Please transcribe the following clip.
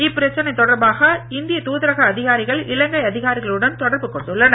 இப்பிரச்சனை தொடர்பாக இந்திய தூதரக அதிகாரிகள் இலங்கை அதிகாரிகளுடன் தொடர்பு கொண்டுள்ளனர்